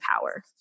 power